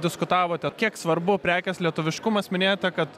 diskutavote kiek svarbu prekės lietuviškumas minėjote kad